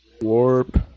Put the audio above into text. Warp